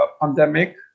pandemic